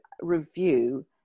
review